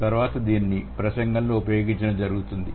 తరువాత దానిని ప్రసంగంలో ఉపయోగించడం జరుగుతోంది